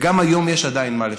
וגם היום יש עדיין מה לשפר.